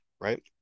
right